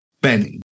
Benny